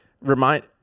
remind